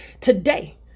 today